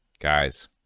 Guys